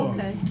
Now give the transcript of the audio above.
Okay